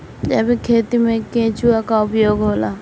जैविक खेती मे केचुआ का उपयोग होला?